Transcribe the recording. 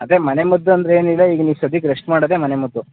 ಅದೇ ಮನೆಮದ್ದು ಅಂದ್ರೆ ಏನಿಲ್ಲ ಈಗ ನೀವು ಸದ್ಯಕ್ಕೆ ರೆಶ್ಟ್ ಮಾಡೋದೇ ಮನೆಮದ್ದು